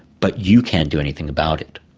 but you can't do anything about it.